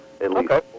Okay